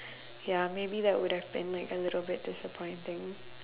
ya maybe that would have been like a little bit disappointing